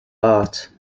art